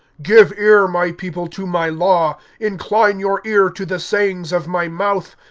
give ear, my people, to my law incline your ear to the sayings of my mouth.